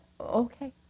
Okay